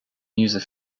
user